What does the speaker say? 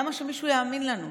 למה שמישהו יאמין לנו?